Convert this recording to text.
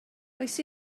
oes